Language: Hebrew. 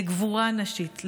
לגבורה נשית,